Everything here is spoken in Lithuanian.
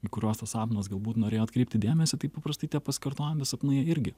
į kuriuos tas sapnas galbūt norėjo atkreipti dėmesį taip paprastai tie pasikartojantys sapnai irgi